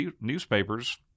newspapers